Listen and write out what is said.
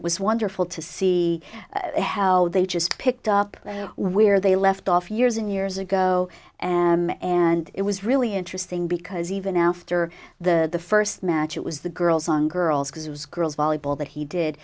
it was wonderful to see how they just picked up where they left off years and years ago and and it was really interesting because even after the first match it was the girls on girls because it was girls volleyball that he